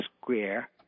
square